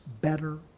better